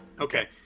Okay